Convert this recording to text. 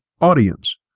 audience